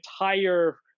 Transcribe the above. entire